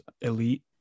elite